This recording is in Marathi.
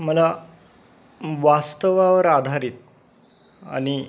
मला वास्तवावर आधारित आणि